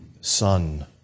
Son